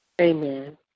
Amen